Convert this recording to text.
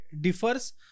differs